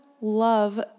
love